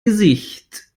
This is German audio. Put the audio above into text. gesicht